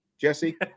Jesse